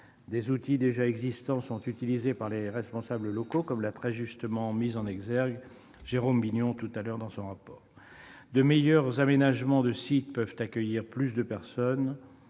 Des outils déjà existants sont utilisés par les responsables locaux, comme l'a très justement mis en exergue Jérôme Bignon dans son rapport. De meilleurs aménagements de sites pouvant accueillir plus de personnes